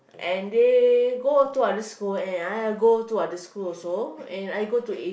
and they go to other school and I go to other school also and I go to